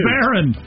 Baron